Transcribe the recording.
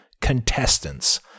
contestants